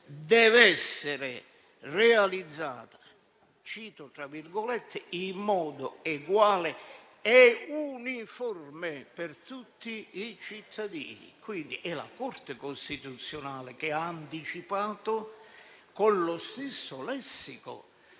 deve essere realizzato in modo eguale e uniforme per tutti i cittadini. Quindi è la Corte costituzionale che ha anticipato, con lo stesso lessico,